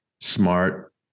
smart